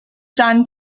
done